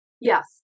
yes